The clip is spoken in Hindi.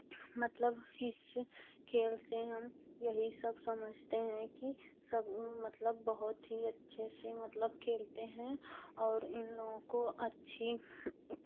मतलब इस खेल से हम यही सब समझते हैं कि सब मतलब बहुत ही अच्छे से मतलब खेलते हैं और इन लोगों को अच्छी